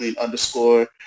underscore